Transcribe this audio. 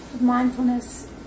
mindfulness